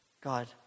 God